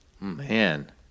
man